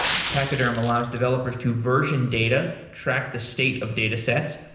pachyderm allows developers to version data, track the state of datasets,